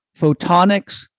photonics